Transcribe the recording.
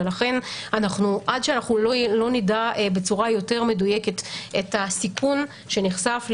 ולכן עד שאנחנו לא נדע בצורה יותר מדויקת את הסיכון שנחשף למחוסנים,